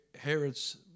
Herod's